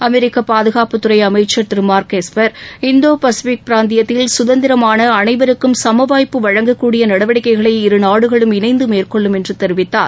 அமெரிக்க பாதுகாப்புத்துறை அமைச்சர் திரு மார்க் எஸ்பர் இந்தோ பசிபிக் பிராந்தியத்தில் கதந்திரமான அனைவருக்கும் சம வாய்ப்பு வழங்கக் கூடிய நடவடிக்கைகளை இருநாடுகளும் இணைந்து மேற்கொள்ளும் என்று தெரிவித்தார்